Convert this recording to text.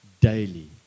daily